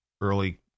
early